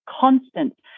constant